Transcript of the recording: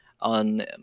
on